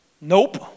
Nope